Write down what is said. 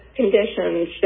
conditions